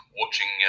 watching